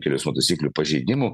kelių eismo taisyklių pažeidimų